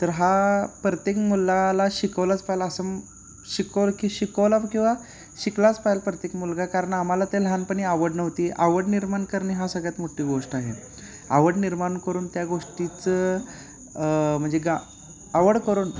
तर हा प्रत्येक मुलाला शिकवलाच पाहिला असं शिकव की शिकवला किंवा शिकलाच पाहिला प्रत्येक मुलगा कारण आम्हाला ते लहानपणी आवड नव्हती आवड निर्माण करणे हा सगळ्यात मोठी गोष्ट आहे आवड निर्माण करून त्या गोष्टीचं म्हणजे गा आवड करून